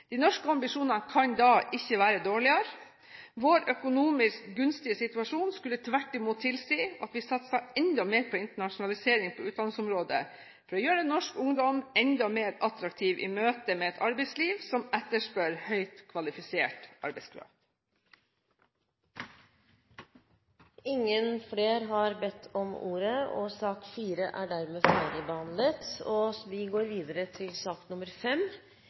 De norske ambisjonene kan ikke være dårligere. Vår økonomisk gunstige situasjon skulle tvert imot tilsi at vi satser enda mer på internasjonalisering på utdanningsområdet for å gjøre norsk ungdom enda mer attraktiv i møte med et arbeidsliv som etterspør høyt kvalifisert arbeidskraft. Flere har ikke bedt om ordet til sak nr. 4. Dette er en interpellasjon som jeg er glad for at vi